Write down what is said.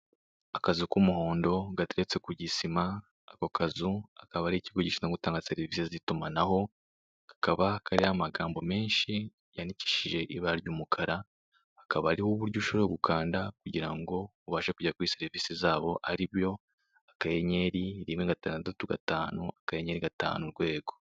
Akazu k'umuhondo gateretse ku gisima, ako kazu akaba ari ikigo gishinzwe gutanga serivise z'itumanaho. Kakaba kariho amagambo menshi yandikishije ibara ry'umukara, hakaba hariho uburyo ushobora gukanda kugirango ubashe kujya kuri serivise zabo. Aribyo akanyenyeri rimwe gatandatu gatanu, akanyenyeri gatanu urwego.